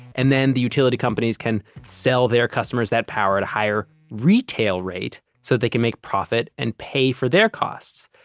and then the utility companies can sell their customers that power at a higher retail rate so they can make profit and pay for their costs.